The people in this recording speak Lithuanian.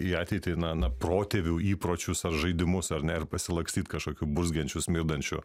į ateitį na na protėvių įpročius ar žaidimus ar ne ir pasilakstyt kažkokiu burzgiančiu smirdančiu